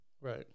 Right